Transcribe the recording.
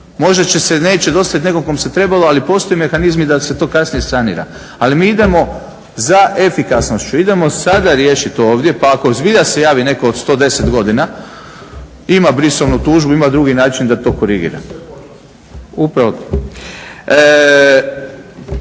Možda se neće dostavit nekom kom se trebalo, ali postoje mehanizmi da se to kasnije sanira, ali mi idemo za efikasnošću, idemo sada riješit ovdje, pa ako zbilja se javi netko od 110 godina ima brisovnu tužbu, ima drugi način da to korigira. Postavilo